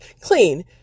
Clean